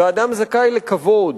ואדם זכאי לכבוד,